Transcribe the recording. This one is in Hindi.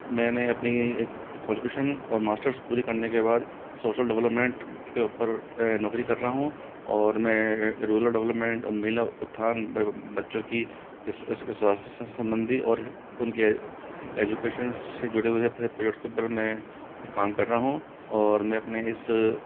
मैंने अपनी क्वालिफिकेशन और मास्टर्स पूरी करने के बाद सोशल डेवलपमेंट के ऊपर नौकरी कर रहा हूँ और मैं रोलर डेवलपमेंट और महिला उत्थान बच्चों के स्वास्थ्य से संबंधी और उन के एजुकेशन से जुड़े हुए फिर प्रोजेक्ट के बारे में काम कर रहा हूँ और मैं अपने इस